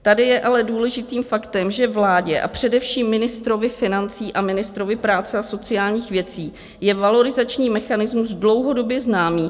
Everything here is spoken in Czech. Tady je ale důležitým faktem, že vládě a především ministrovi financí a ministrovi práce a sociálních věcí je valorizační mechanismus dlouhodobě známý.